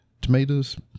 tomatoes